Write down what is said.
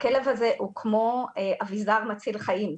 הכלב הזה הוא כמו אביזר מציל חיים.